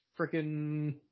freaking